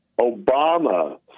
Obama